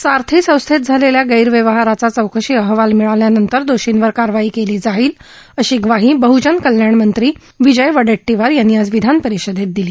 सारथी संस्थेत झालेल्या गैरव्यवहाराचा चौकशी अहवाल मिळाल्यानंतर दोषींवर कारवाई केली जाईल ग्वाही बहजन कल्याण मंत्री विजय वडेट्टीवार यांनी आज विधानपरिषदेत दिली